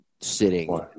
sitting